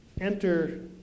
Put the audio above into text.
enter